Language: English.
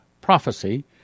prophecy